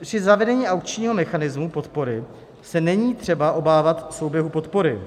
Při zavedení aukčního mechanismu podpory se není třeba obávat souběhu podpory.